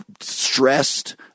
stressed